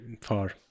far